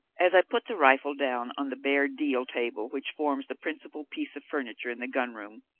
as i put the rifle down on the bare deal table which forms the principal piece of furniture in the gun-room,